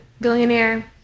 billionaire